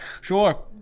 Sure